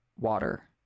water